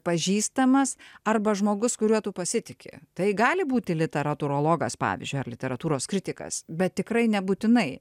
pažįstamas arba žmogus kuriuo tu pasitiki tai gali būti literatūrologas pavyzdžiui ar literatūros kritikas bet tikrai nebūtinai